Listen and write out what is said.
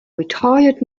retired